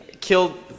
Killed